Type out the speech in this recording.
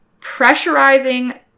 pressurizing